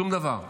שום דבר,